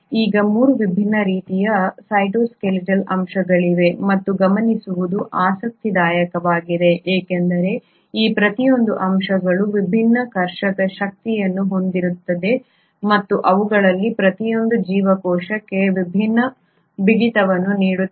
ಈಗ 3 ವಿಭಿನ್ನ ರೀತಿಯ ಸೈಟೋಸ್ಕೆಲಿಟಲ್ ಅಂಶಗಳಿವೆ ಮತ್ತು ಗಮನಿಸುವುದು ಆಸಕ್ತಿದಾಯಕವಾಗಿದೆ ಏಕೆಂದರೆ ಈ ಪ್ರತಿಯೊಂದು ಅಂಶಗಳು ವಿಭಿನ್ನ ಕರ್ಷಕ ಶಕ್ತಿಯನ್ನು ಹೊಂದಿರುತ್ತವೆ ಮತ್ತು ಅವುಗಳಲ್ಲಿ ಪ್ರತಿಯೊಂದೂ ಜೀವಕೋಶಕ್ಕೆ ವಿಭಿನ್ನ ಬಿಗಿತವನ್ನು ನೀಡುತ್ತದೆ